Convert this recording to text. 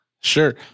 Sure